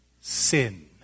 sin